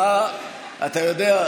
אתה יודע,